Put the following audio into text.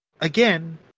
Again